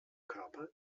körper